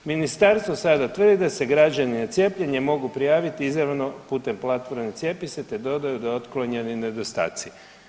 Ministarstvo sada tvrdi da se građani na cijepljenje mogu prijaviti izravno putem platforme Cijepise te dodao da je otklonjeni nedostaci.